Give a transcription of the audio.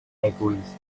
agrees